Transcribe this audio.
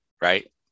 Right